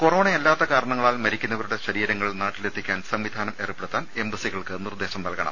corona അല്ലാത്ത കാരണങ്ങളാൽ മരിക്കുന്നവരുടെ ശരീരങ്ങൾ നാട്ടിലെത്തിക്കാൻ സംവിധാനം ഏർപ്പെടുത്താൻ എംബസികൾക്ക് നിർദ്ദേശം നൽകണം